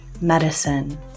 medicine